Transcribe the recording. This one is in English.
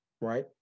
right